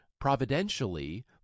providentially